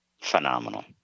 Phenomenal